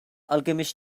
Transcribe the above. alchemists